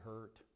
hurt